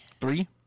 Three